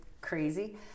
crazy